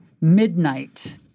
midnight